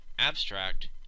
abstract